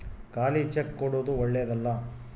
ಖಾಲಿ ಚೆಕ್ ಕೊಡೊದು ಓಳ್ಳೆದಲ್ಲ